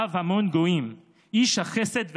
אב המון גויים, איש החסד והחיבור,